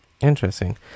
interesting